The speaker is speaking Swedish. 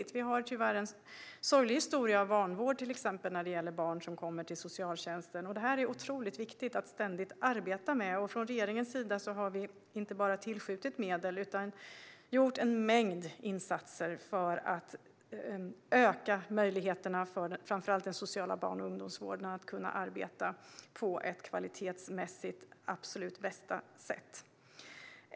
Vi har till exempel tyvärr en sorglig historia av vanvård när det gäller barn som kommer till socialtjänsten. Det är otroligt viktigt att ständigt arbeta med detta. Regeringen har inte bara tillskjutit medel utan har gjort en mängd insatser för att öka möjligheterna för framför allt den sociala barn och ungdomsvården att kunna arbeta på det kvalitetsmässigt absolut bästa sättet.